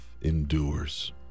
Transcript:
endures